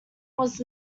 was